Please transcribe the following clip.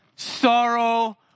sorrow